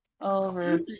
Over